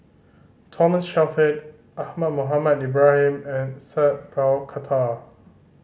Thomas Shelford Ahmad Mohamed Ibrahim and Sat Pal Khattar